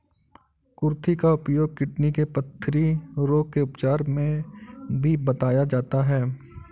कुर्थी का उपयोग किडनी के पथरी रोग के उपचार में भी बताया जाता है